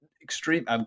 Extreme